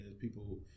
People